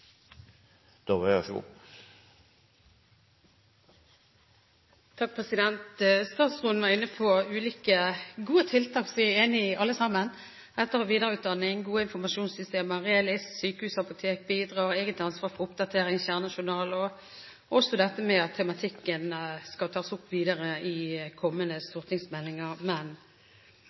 etter- og videreutdanning, gode informasjonssystemer – RELIS – sykehusapotek, eget ansvar for oppdatering, kjernejournal og også dette med at tematikken skal tas opp videre i kommende stortingsmeldinger.